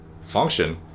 function